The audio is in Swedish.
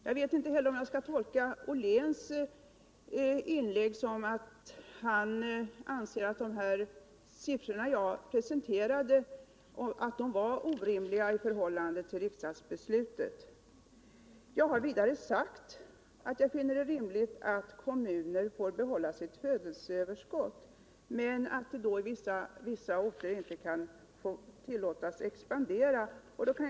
Jag vet inte heller om Jag skall tolka Joakim Olléns inlägg så att han anser att de siffror jag presenterade var orimliga i förhållande till riksdagsbeslutet. Jag har vidare sagt att jag finner det rimligt att kommuner får behålla sitt födelseöverskott men att vissa orter inte kan tillåtas expandera.